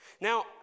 Now